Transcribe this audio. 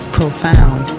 profound